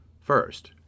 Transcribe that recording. First